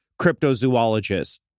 cryptozoologist